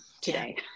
today